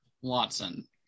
Watson